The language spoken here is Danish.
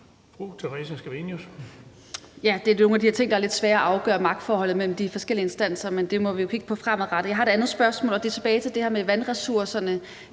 Det er nogle af de her ting, hvor det er lidt svært at afgøre magtforholdet mellem de forskellige instanser, men det må vi jo kigge på fremadrettet. Jeg har et andet spørgsmål, og det går tilbage til det her med vandressourcerne: